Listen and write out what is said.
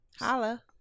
holla